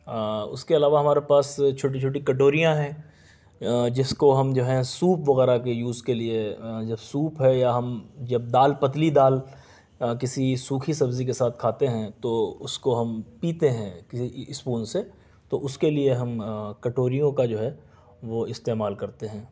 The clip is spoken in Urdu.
اس کے علاوہ ہمارے پاس چھوٹی چھوٹی کٹوریاں ہیں جس کو ہم جو ہے سوپ وغیرہ کے یوز کے لئے جب سوپ ہے یا ہم جب دال پتلی دال کسی سوکھی سبزی کے ساتھ کھاتے ہیں تو اس کو ہم پیتے ہیں کسی اسپون سے تو اس کے لئے ہم کٹوریوں کا جو ہے وہ استعمال کرتے ہیں